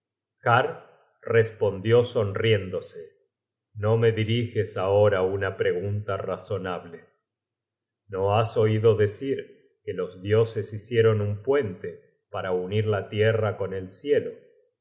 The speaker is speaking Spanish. respondió sonriéndose no me diriges ahora una pregunta razonable no has oido decir que los dioses hicieron un puente para unir la tierra con el cielo